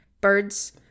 birds